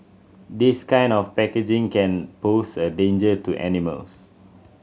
this kind of packaging can pose a danger to animals